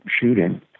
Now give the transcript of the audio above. shooting